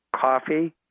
coffee